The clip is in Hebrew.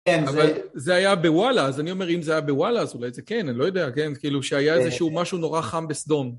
כן זה אה.. אבל זה היה בוואלה, אז אני אומר אם זה היה בוואלה אז אולי זה כן, אני לא יודע, כן, כאילו שהיה איזה שהוא משהו נורא חם בסדום.